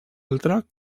altra